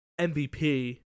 MVP